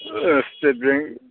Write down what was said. state bank